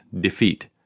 defeat